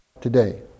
today